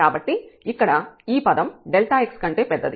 కాబట్టి ఇక్కడ ఈ పదం x కంటే పెద్దది